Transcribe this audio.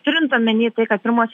turint omeny tai kad pirmos